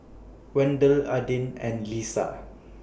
Wendel Adin and Leesa